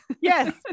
Yes